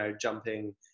jumping